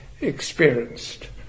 experienced